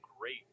great